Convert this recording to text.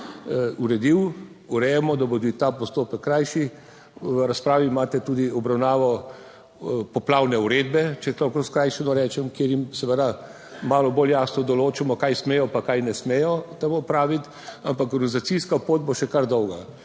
uredil. Urejamo, da bo tudi ta postopek krajši. V razpravi imate tudi obravnavo poplavne uredbe, če to prav skrajšano rečem, kjer jim seveda malo bolj jasno določamo kaj smejo pa kaj ne smejo tam opraviti, ampak organizacijska pot bo še kar dolga.